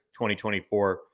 2024